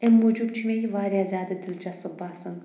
امہِ موٗجوٗب چھُ مےٚ یہِ واریاہ زیادٕ دلچسپ باسان